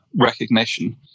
Recognition